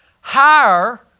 Higher